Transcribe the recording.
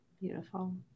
Beautiful